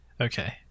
Okay